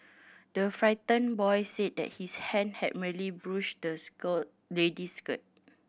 the frightened boy said that his hand had merely brushed the skirt lady's skirt